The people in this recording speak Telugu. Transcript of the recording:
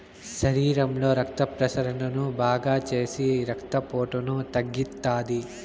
శరీరంలో రక్త ప్రసరణను బాగాచేసి రక్తపోటును తగ్గిత్తాది